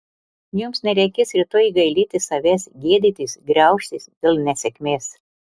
jums nereikės rytoj gailėtis savęs gėdytis graužtis dėl nesėkmės